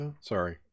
Sorry